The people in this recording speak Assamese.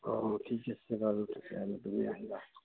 অঁ ঠিক আছে বাৰু